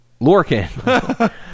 Lorkin